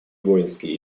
воинские